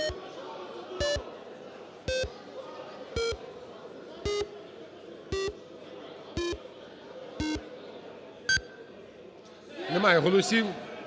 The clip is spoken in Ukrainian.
Немає голосів.